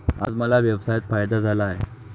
आज मला व्यवसायात फायदा झाला आहे